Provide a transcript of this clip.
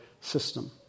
system